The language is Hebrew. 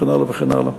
וכן הלאה וכן הלאה.